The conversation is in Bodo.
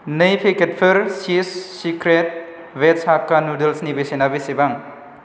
नै पेकेटफोर चिस सिक्रेट वेज हाक्का नुदोल्सनि बेसेना बेसेबां